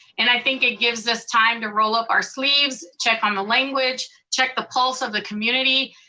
and i think it gives us time to roll up our sleeves, check on the language, check the pulse of the community,